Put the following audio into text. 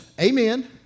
amen